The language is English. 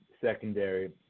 secondary